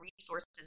resources